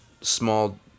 small